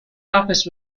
office